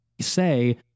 say